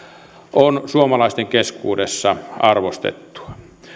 on suomalaisten keskuudessa arvostettua